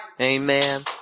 Amen